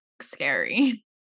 scary